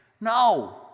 No